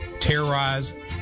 terrorize